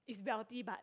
is wealthy but